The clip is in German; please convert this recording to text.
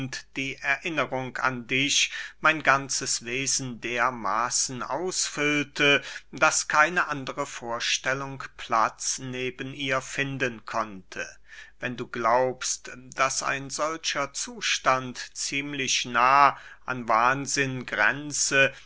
die erinnerung an dich mein ganzes wesen dermaßen ausfüllte daß keine andre vorstellung platz neben ihr finden konnte wenn du glaubst daß ein solcher zustand ziemlich nah an wahnsinn grenze